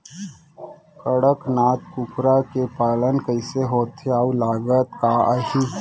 कड़कनाथ कुकरा के पालन कइसे होथे अऊ लागत का आही?